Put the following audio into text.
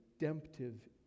redemptive